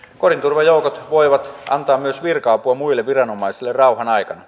kodinturvajoukot voivat antaa myös virka apua muille viranomaisille rauhanaikana